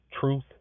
truth